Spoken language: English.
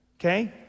Okay